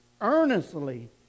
earnestly